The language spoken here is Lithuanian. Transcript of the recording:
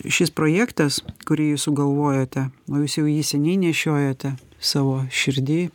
šis projektas kurį jūs sugalvojote o jūs jau jį seniai nešiojote savo širdy